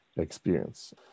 experience